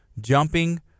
jumping